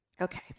Okay